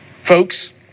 Folks